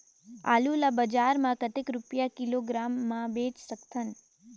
आलू ला बजार मां कतेक रुपिया किलोग्राम म बेच सकथन?